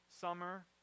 summer